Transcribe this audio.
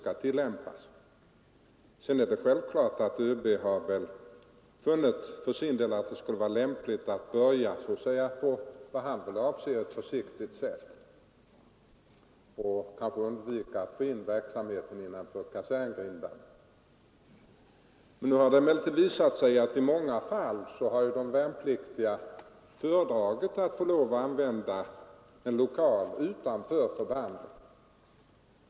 Överbefälhavaren har väl för sin del funnit att det skulle vara lämpligt att börja på ett vad han vill anse försiktigt sätt och undvika att få in verksamheten innanför kaserngrindarna. Nu har det emellertid i många fall visat sig att de värnpliktiga föredragit att använda en lokal utanför förbandet.